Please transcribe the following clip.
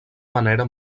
manera